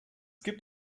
gibt